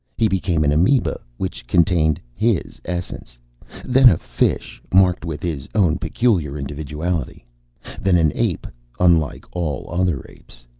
he became an amoeba which contained his essence then a fish marked with his own peculiar individuality then an ape unlike all other apes.